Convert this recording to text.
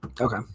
Okay